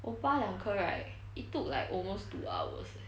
我拔两颗 right it took like almost two hours eh